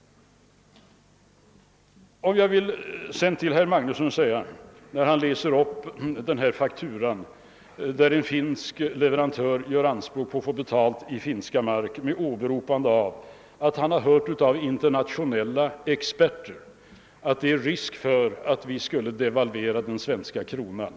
Herr Magnusson i Borås läste upp en faktura där en finsk leverantör gjorde anspråk på att få betalt i finska mark, eftersom han hade hört av internationella experter att det var risk för att vi skulle devalvera den svenska kronan.